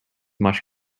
much